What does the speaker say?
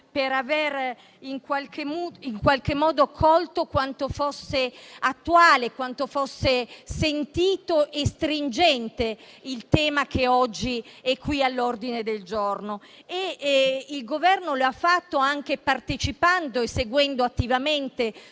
per avere in qualche modo colto quanto fosse attuale, sentito e stringente il tema che oggi è all'ordine del giorno. Il Governo lo ha fatto partecipando e seguendo attivamente